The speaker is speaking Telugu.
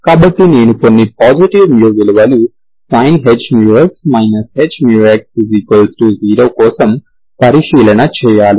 కాబట్టి నేను కొన్ని పాజిటివ్ μ విలువలు sin hμx hμx 0 కోసం పరిశీలన చేయాలి